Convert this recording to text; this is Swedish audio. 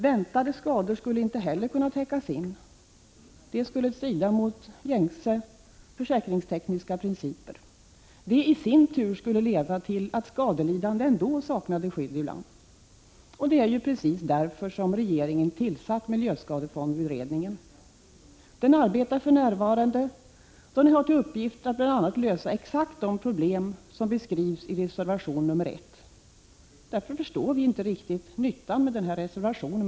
Väntade skador skulle inte heller kunna täckas in. Det skulle strida mot gängse försäkringstekniska principer. Detta i sin tur skulle leda till att skadelidande ändå saknade skydd ibland. Det är just därför som regeringen tillsatt miljöskadefondsutredningen. Den arbetar för närvarande och har bl.a. till uppgift att lösa exakt de problem som beskrivs i reservation nr 1. Därför förstår vi inte riktigt nyttan med den reservationen.